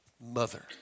mother